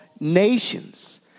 nations